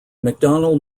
mcdonnell